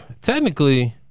technically